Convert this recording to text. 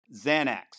Xanax